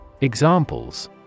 Examples